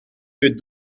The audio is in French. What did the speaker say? que